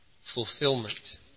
fulfillment